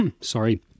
sorry